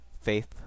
Faith